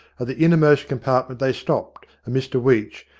at the inner most compartment they stopped, and mr weech,